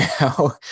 now